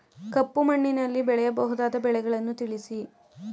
ಕಪ್ಪು ಮಣ್ಣಿನಲ್ಲಿ ಬೆಳೆಯಬಹುದಾದ ಬೆಳೆಗಳನ್ನು ತಿಳಿಸಿ?